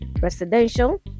residential